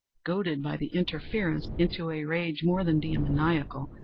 goaded, by the interference, into a rage more than demoniacal,